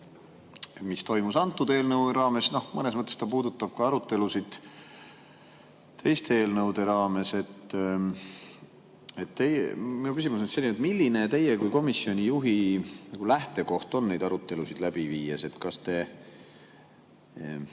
mis toimus antud eelnõu raames. Noh, mõnes mõttes see puudutab ka arutelusid teiste eelnõude raames. Mu küsimus on selline: milline on teie kui komisjoni juhi lähtekoht neid arutelusid läbi viies? Kas te